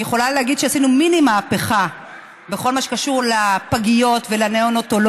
אני יכולה להגיד שעשינו מיני-מהפכה בכל מה שקשור לפגיות ולנאונטולוגים,